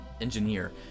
engineer